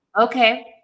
Okay